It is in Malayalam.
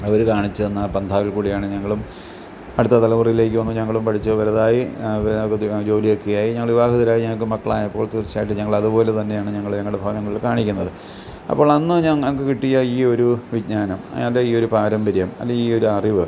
അവർ കാണിച്ചുതന്ന ബന്ധാവിൽ കൂടിയാണ് ഞങ്ങളും അടുത്ത തലമുറയിലേക്ക് വന്ന് ഞങ്ങളും പഠിച്ച് വലുതായി പിന്നെ ഉദ്യോഗം ജോലിയൊക്കെയായി ഞങ്ങൾ വിവാഹിതരായി ഞങ്ങൾക്ക് മക്കളായപ്പോൾ തീർച്ചയായിട്ടും ഞങ്ങൾ അതുപോലെതന്നെയാണ് ഞങ്ങൾ ഞങ്ങളുടെ ഭവനങ്ങളിൽ കാണിക്കുന്നത് അപ്പോൾ അന്ന് ഞങ്ങൾക്ക് കിട്ടിയ ഈ ഒരു വിജ്ഞാനം അതായത് ഈ ഒരു പാരമ്പര്യം അല്ലേൽ ഈ ഒരു അറിവ്